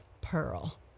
pearl